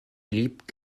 leaped